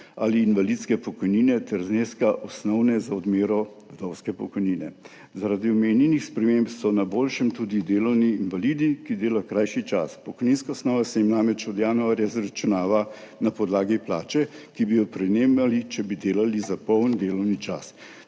ali invalidske pokojnine ter zneska osnove za odmero vdovske pokojnine. Zaradi omenjenih sprememb so na boljšem tudi delovni invalidi, ki delajo krajši čas. Pokojninska osnova se jim namreč od januarja izračunava na podlagi plače, ki bi jo prejemali, če bi delali za polni delovni čas.